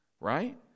right